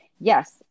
yes